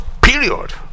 Period